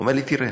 אומר לי: תראה,